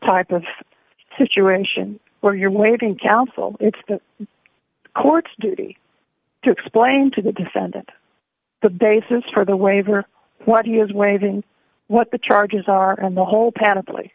type of situation where you're waiting counsel it's the court's duty to explain to the defendant the basis for the waiver what he is waiving what the charges are and the whole pan